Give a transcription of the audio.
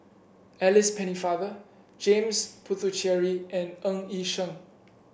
Alice Pennefather James Puthucheary and Ng Yi Sheng